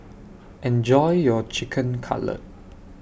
Enjoy your Chicken Cutlet